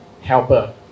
helper